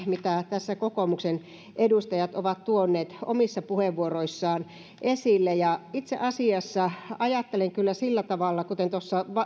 mitä tässä kokoomuksen edustajat ovat tuoneet omissa puheenvuoroissaan esille itse asiassa ajattelen kyllä sillä tavalla ja